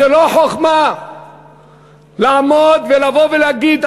זה לא חוכמה לעמוד ולבוא ולהגיד,